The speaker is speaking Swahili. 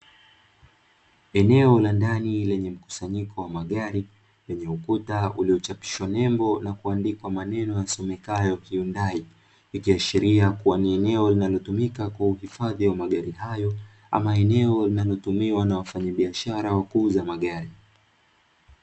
Eneo la ndani lenye mkusanyiko wa magari lenye ukuta iliyo chapishwa nembo na kuandikwa maneno yasomekayo "Yundai" ikiashiria kuwa ni eneo linalotumika kwa uhifadhi wa magari hayo au eneo linalotumika na wafanyabiashara wakuuza magari.